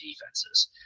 defenses